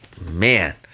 man